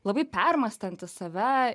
labai permąstantis save